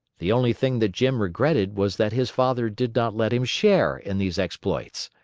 the only thing that jim regretted was that his father did not let him share in these exploits.